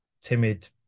timid